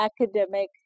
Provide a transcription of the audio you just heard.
academic